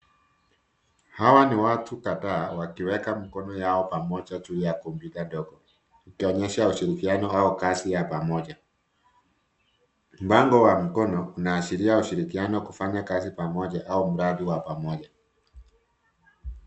Hawa ni watu kadhaa wakiweka mikono yao pamoja juu ya kompyuta ndogo ikionyesha ushirikiano wao wa kazi pamoja. Mpango wa mkono inaashiria ushirikiano kufanya kazi pamoja au mradi wa pamoja.